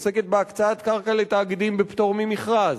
שעוסקת בהקצאת קרקע לתאגידים בפטור ממכרז,